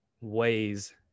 ways